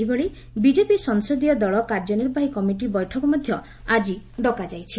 ସେହିଭଳି ବିକେପି ସଂସଦୀୟ ଦଳ କାର୍ଯ୍ୟନିର୍ବାହୀ କମିଟିର ବୈଠକ ମଧ୍ୟ ଆଜି ଡକାଯାଇଛି